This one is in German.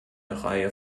reihe